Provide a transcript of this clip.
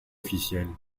officielles